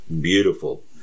beautiful